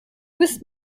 bist